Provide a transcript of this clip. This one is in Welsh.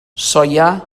soia